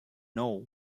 know